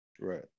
Right